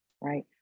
right